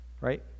right